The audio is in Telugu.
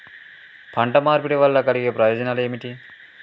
పంట మార్పిడి వల్ల కలిగే ప్రయోజనాలు ఏమిటి?